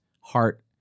heart